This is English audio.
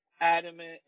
adamant